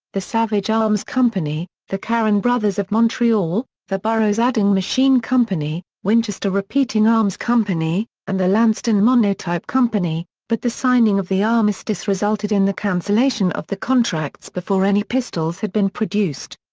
the savage arms company, the caron bros. of montreal, the burroughs adding machine co, winchester repeating arms company, and the lanston monotype company, but the signing of the armistice resulted in the cancellation of the contracts before any pistols had been produced.